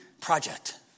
project